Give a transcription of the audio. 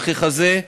וככזה,